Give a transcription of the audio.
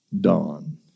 dawn